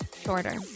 shorter